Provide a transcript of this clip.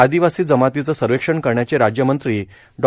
आदिवासी जमातीचं सर्वेक्षण करण्याचे राज्यमंत्री डॉ